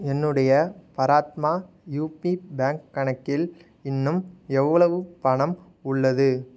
என்னுடைய பராத்மா UP bank கணக்கில் இன்னும் எவ்வளவு பணம் உள்ளது